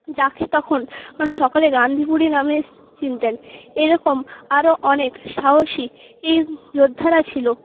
যাকে তখন খন সকলে গান্ধী বুড়ি নামে চিনতেন এরকম আরও অনেক সাহসী যোদ্ধারা ছিল